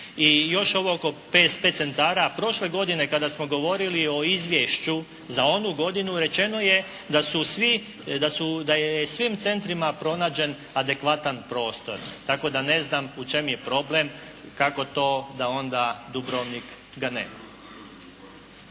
još ovo oko PSP centara prošle godine kada smo govorili o izvješću za onu godinu rečeno je da su svi, da su, da je svim centrima pronađen adekvatan prostor tako da ne znam u čem je problem? Kako to da onda Dubrovnik ga nema?